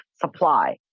supply